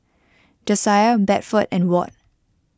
Jasiah Bedford and Ward